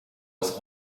was